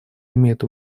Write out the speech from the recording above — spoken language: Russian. имеет